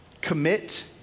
Commit